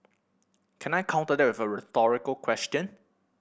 can I counter that with a rhetorical question